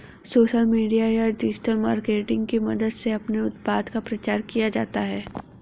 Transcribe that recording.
social media या digital marketing की मदद से अपने उत्पाद का प्रचार किया जाता है